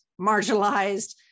marginalized